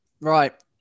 Right